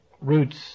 roots